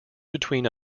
between